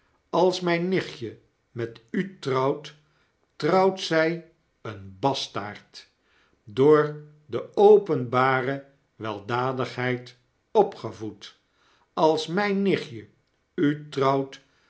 als mp nichtje met u trouwt trouwt zy een bastaard door de openbare weldadigheid opgevoed als mp nichtje u trouwt